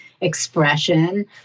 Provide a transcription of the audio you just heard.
expression